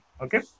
Okay